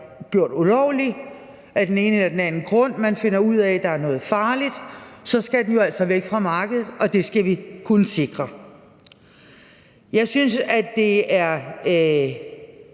gjort ulovlig af den ene eller anden grund; man finder ud af, at der er noget farligt, og så skal den jo altså væk fra markedet, og det skal vi kunne sikre. Jeg synes, at det her